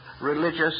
religious